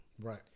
Right